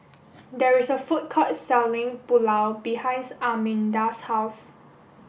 there is a food court selling Pulao behinds Arminda's house